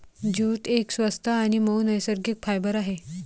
jute एक स्वस्त आणि मऊ नैसर्गिक फायबर आहे